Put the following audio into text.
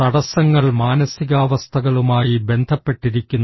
തടസ്സങ്ങൾ മാനസികാവസ്ഥകളുമായി ബന്ധപ്പെട്ടിരിക്കുന്നു